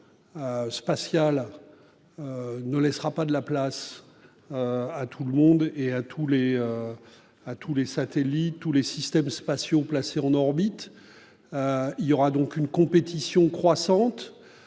spatial ne laissera pas de la place à tout le monde, à tous les satellites et systèmes spatiaux placés en orbite. Il y aura donc une compétition croissante.